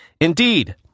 Indeed